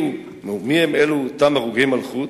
ומי הם אלו אותם הרוגי מלכות?